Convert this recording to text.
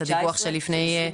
את הדיווח של 2021,